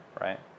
right